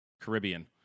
Caribbean